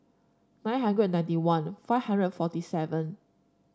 nine hundred ninety one five hundred and forty seven